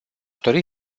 dori